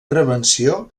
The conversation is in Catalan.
prevenció